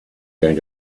going